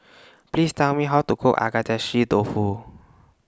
Please Tell Me How to Cook Agedashi Dofu